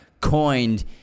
coined